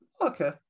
Okay